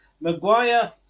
Maguire